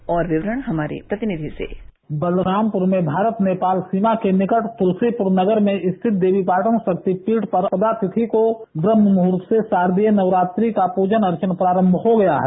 और विवरण हमारे प्रतिनिधि से बलरामपुर में भारत नेपाल सीमा के निकट तुलसीपुर नगर में स्थित देवीपाटन शक्तिपीठ पर प्रतिपदा तिथि को ब्रह्म मुहूर्त से शारदीय नवरात्रि का पूजन अर्चन प्रारम हो गया है